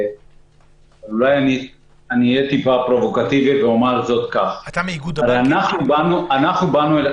אני אהיה טיפה פרובוקטיבי ואומר זאת כך: הרי אנחנו באנו אליכם